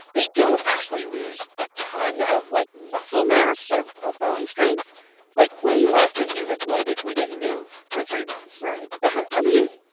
they don't actually lose a ton of, like, muscle mass or or bone strength like, way less than humans would if we didn't move for three months right but i mean,